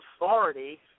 authority